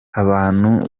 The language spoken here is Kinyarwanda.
abantu